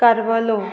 Carvalho